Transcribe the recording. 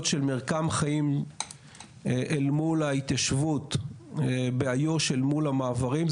של מרקם חיים אל מול ההתיישבות באיו"ש אל מול המעברים,